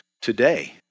today